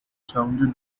surrounded